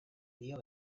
dio